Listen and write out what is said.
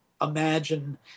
imagine